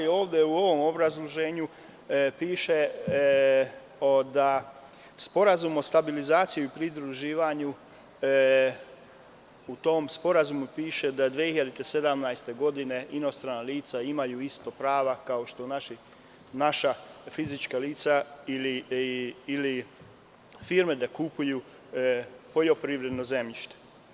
Ovde u ovom obrazloženju piše da Sporazum o stabilizaciji i pridruživanju, u tom sporazumu piše da do 2017. godine inostrana lica imaju ista prava kao što naša fizička lica, ili firme da kupuju poljoprivredno zemljište.